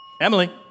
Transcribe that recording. Emily